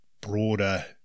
broader